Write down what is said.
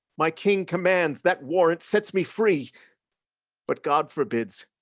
my king commands, that warrant sets me free but god forbids,